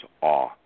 awe